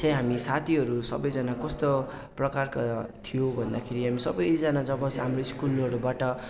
त्यहाँ हामी साथीहरू सबैजना कस्तो प्रकारको थियो भन्दाखेरि हामी सबैजना जब चाहिँ हाम्रो स्कुलहरूबाट